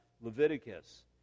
Leviticus